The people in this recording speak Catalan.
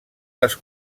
les